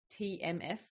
TMF